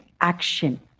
action